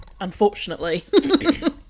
Unfortunately